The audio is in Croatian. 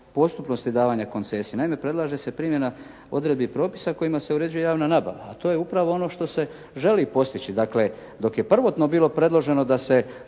postupnosti davana koncesije. Naime predlaže se primjena odredbi propisa kojima se uređuje javna nabava, a to je upravo ono što se želi postići, dakle dok je prvotno bilo predloženo da se